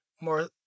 more